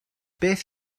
beth